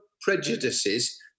prejudices